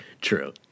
True